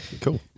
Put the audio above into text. Cool